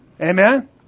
Amen